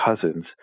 Cousins